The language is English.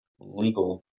legal